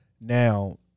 Now